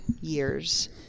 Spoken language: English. years